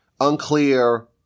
unclear